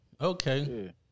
Okay